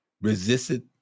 resisted